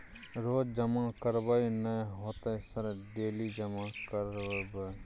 रोज जमा करबे नए होते सर डेली जमा करैबै?